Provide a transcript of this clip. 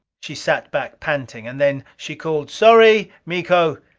she sat back, panting. and then she called sorry, miko.